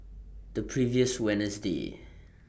The previous Wednesday